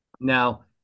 now